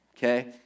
Okay